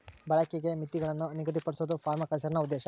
ಬಳಕೆಗೆ ಮಿತಿಗುಳ್ನ ನಿಗದಿಪಡ್ಸೋದು ಪರ್ಮಾಕಲ್ಚರ್ನ ಉದ್ದೇಶ